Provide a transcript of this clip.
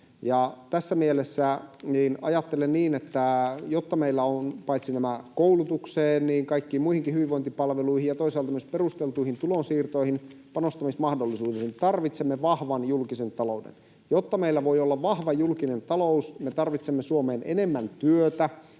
Tässä mielessä ajattelen, että jotta meillä on paitsi koulutukseen myös kaikkiin muihinkin hyvinvointipalveluihin ja toisaalta myös perusteltuihin tulonsiirtoihin panostamismahdollisuudet, tarvitsemme vahvan julkisen talouden. Jotta meillä voi olla vahva julkinen talous, me tarvitsemme Suomeen enemmän työtä.